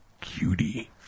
cutie